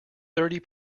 thirty